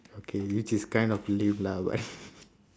okay which is kind of lame lah but